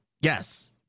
yes